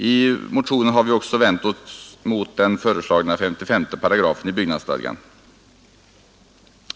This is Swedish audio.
I motionen har vi också vänt oss mot den föreslagna 55 § byggnadsstadgan.